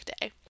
day